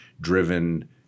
driven